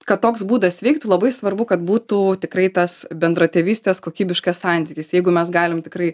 kad toks būdas veiktų labai svarbu kad būtų tikrai tas bendratėvystės kokybiškas santykis jeigu mes galim tikrai